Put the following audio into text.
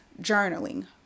journaling